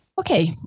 Okay